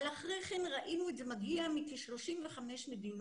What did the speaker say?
אבל אחרי כן ראינו את זה מגיע מכ-35 מדינות,